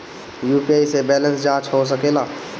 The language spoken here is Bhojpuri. यू.पी.आई से बैलेंस जाँच हो सके ला?